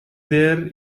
there